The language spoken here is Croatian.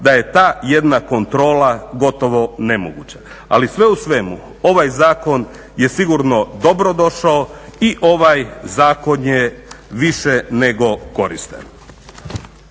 da je ta jedna kontrola gotovo nemoguća. Ali sve u svemu, ovaj zakon je sigurno dobrodošao i ovaj zakon je više nego koristan.